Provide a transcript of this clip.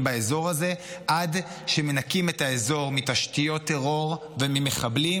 באזור הזה עד שמנקים את האזור מתשתיות טרור וממחבלים,